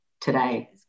today